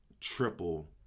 Triple